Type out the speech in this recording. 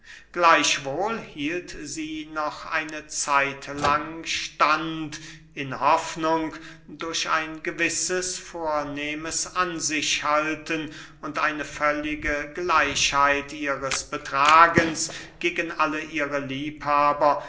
gleichwohl hielt sie noch eine zeit lang stand in hoffnung durch ein gewisses vornehmes ansichhalten und eine völlige gleichheit ihres betrages gegen alle ihre liebhaber